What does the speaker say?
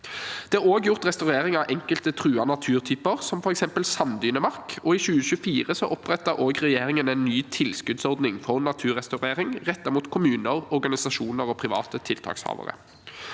Det er også gjort restaurering av enkelte truede naturtyper, som f.eks. sanddynemark, og i 2024 opprettet også regjeringen en ny tilskuddsordning for naturrestaurering rettet mot kommuner, organisasjoner og private tiltakshavere.